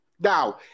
Now